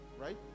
right